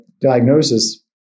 diagnosis